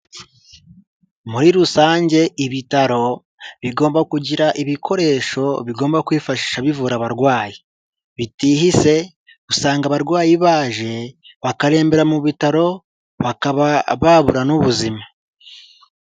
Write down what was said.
Muri rusange ibitaro bigomba kugira ibikoresho bigomba kwifashi bivura abarwayi, bitihuse usanga abarwayi baje bakarembera mu bitaro bakaba babura n'ubuzima.